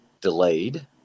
delayed